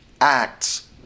acts